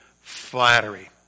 flattery